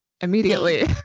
immediately